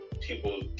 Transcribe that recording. people